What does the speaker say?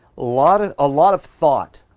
lot of ah lot of thought.